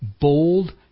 bold